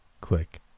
Click